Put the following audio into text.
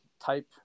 type